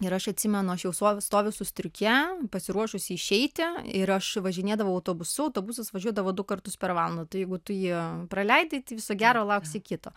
ir aš atsimenu aš jau stoviu stoviu su striuke pasiruošusi išeiti ir aš važinėdavau autobusu autobusas važiuodavo du kartus per valandą tai jeigu tu jį praleidi viso gero lauksi kito